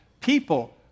people